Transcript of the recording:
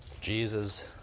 Jesus